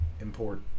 import